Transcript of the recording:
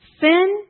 sin